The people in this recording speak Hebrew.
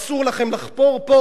אסור לכם לחפור פה,